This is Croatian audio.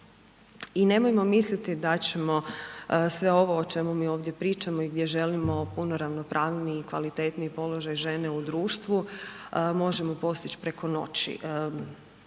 I nemojmo misliti da ćemo sve ovo o čemu mi ovdje pričamo i gdje želimo puno ravnopravniji i kvalitetniji položaj žene u društvu, možemo postići preko noći.